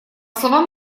словам